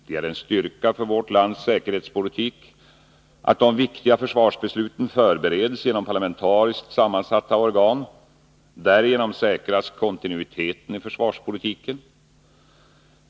Det är en styrka för vårt lands säkerhetspolitik att de viktiga försvarsbesluten förbereds genom parlamentariskt sammansatta organ. Därigenom säkras kontinuiteten i försvarspolitiken.